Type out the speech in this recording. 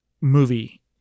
movie